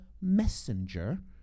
messenger